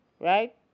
right